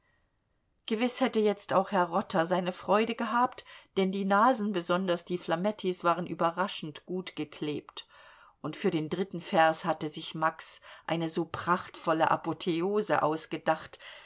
gewiß hätte jetzt auch herr rotter seine freude gehabt denn die nasen besonders die flamettis waren überraschend gut geklebt und für den dritten vers hatte sich max eine so prachtvolle apotheose ausgedacht